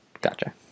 gotcha